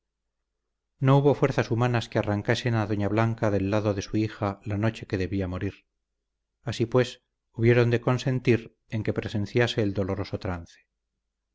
no hubo fuerzas humanas que arrancasen a doña blanca del lado de su hija la noche que debía morir así pues hubieron de consentir en que presenciase el doloroso trance